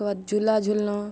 तकर बाद झूला झुलना